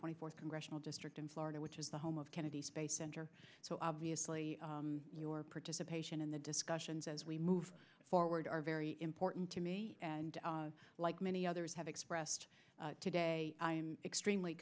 twenty fourth congressional district in florida which is the home of kennedy space center so obviously your participation in the discussions as we move forward are very important to me like many others have expressed today extremely